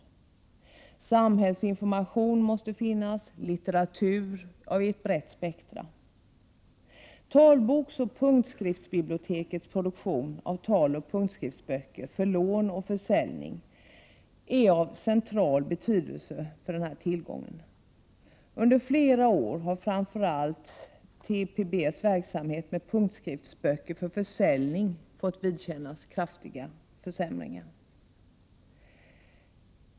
Det måste finnas samhällsinformation och ett brett spektrum av litteratur. Talboksoch punktskriftsbibliotekets produktion av taloch punktskriftsböcker för lån och försäljning är av central betydelse för tillgången. Under flera år har framför allt TPB:s verksamhet med punktskriftsböcker för försäljning fått vidkännas kraftiga försämringar.